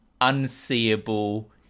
unseeable